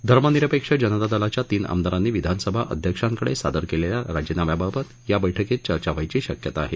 धर्मनिरपेक्ष जनतादलाच्या तीन आमदारांनी विधानसभा अध्यक्षांकडे सादर केलेल्या राजीनाम्याबाबत या बैठकीत चर्चा व्हायची शक्यता आहे